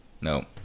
No